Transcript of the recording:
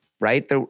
right